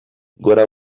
gora